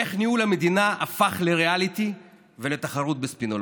איך ניהול המדינה הפך לריאליטי ולתחרות בספינולוגיה?